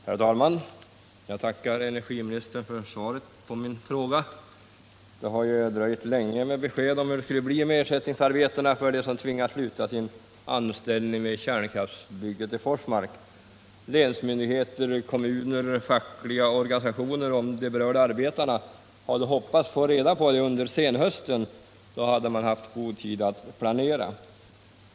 Herr talman! Jag tackar energiministern för svaret på min fråga. Det har ju dröjt länge med besked om hur det skall bli med ersättningsarbeten för dem som tvingas sluta sin anställning vid kärnkraftsverksbygget i Forsmark. Länsmyndigheter, kommuner, fackliga organisationer och berörda arbetare hade hoppats att få reda på det under senhösten. Då hade man haft god tid att planera.